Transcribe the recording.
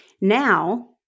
Now